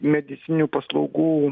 medicininių paslaugų